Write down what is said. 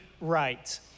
right